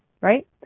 right